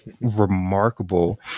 remarkable